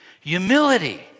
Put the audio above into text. Humility